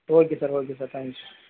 okay sir okay sir thanks